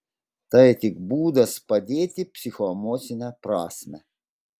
tai tik būdas padėti psichoemocine prasme